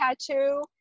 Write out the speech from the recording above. tattoo